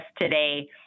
today